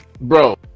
bro